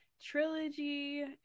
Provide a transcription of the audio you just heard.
trilogy